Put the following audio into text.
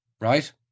Right